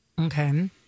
Okay